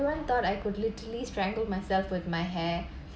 everyone thought I could literally strangle myself with my hair